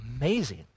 amazing